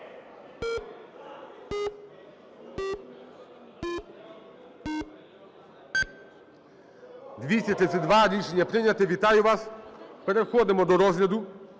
За-232 Рішення прийнято. Вітаю вас. Переходимо до розгляду